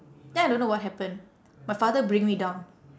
then I don't know what happen my father bring me down